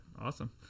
Awesome